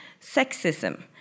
sexism